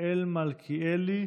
מיכאל מלכיאלי,